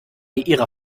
ihrer